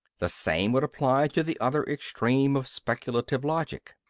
the same would apply to the other extreme of speculative logic.